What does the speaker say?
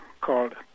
called